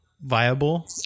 viable